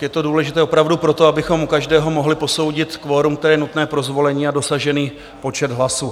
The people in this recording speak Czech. Je to důležité opravdu proto, abychom u každého mohli posoudit kvorum, které je nutné pro zvolení a dosažený počet hlasů.